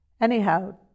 Anyhow